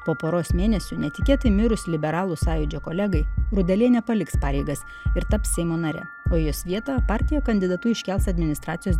po poros mėnesių netikėtai mirus liberalų sąjūdžio kolegai rudelienė paliks pareigas ir taps seimo nare o jos vietą partija kandidatu iškels administracijos